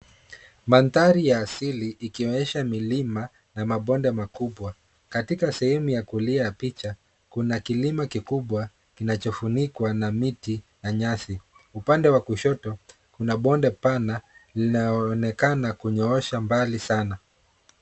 Mandhari ya asili ikionyesha milima na mabonde makubwa. Katika sehemu ya kulia ya picha, kuna kilima kikubwa kinachofunikwa na miti na nyasi. Upande wa kushoto, kuna bonde pana inayoonekana kunyoosha mbali sana.